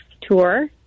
tour